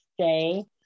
stay